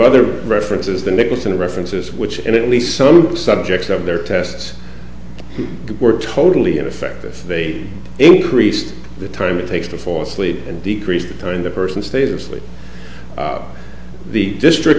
other references the nicholson references which and it leads some subjects of their tests were totally ineffective they increased the time it takes to fall asleep and decrease the time the person stay there sleep the district